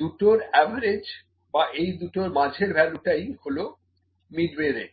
দুটোর অ্যাভারেজ বা এই দুটোর মাঝের ভ্যালুটাই হলো মিডওয়ে রেঞ্জ